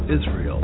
Israel